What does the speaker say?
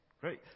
great